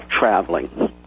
traveling